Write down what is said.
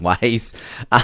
ways